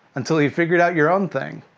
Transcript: until you figured out your own thing.